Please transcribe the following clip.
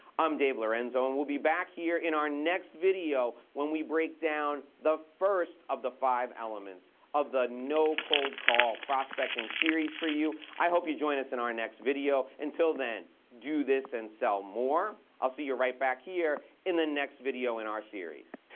i'm dave lorenzo and we'll be back here in our next video when we break down the first of the five elements of the no cold call prospecting series for you. i hope you join us in our next video. until then, do this and sell more. i'll see you right back here in the next video in our series.